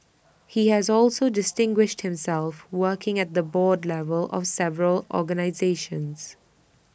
he has also distinguished himself working at the board level of several organisations